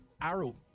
Arrow